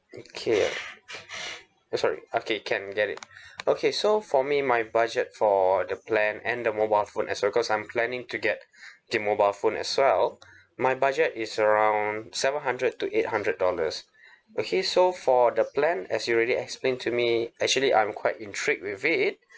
okay eh sorry okay can get it okay so for me my budget for the plan and the mobile phone as well cause I'm planning to get the mobile phone as well my budget is around seven hundred to eight hundred dollars okay so for the plan as you already explain to me actually I'm quite intrigued with it